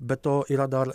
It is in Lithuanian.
be to yra dar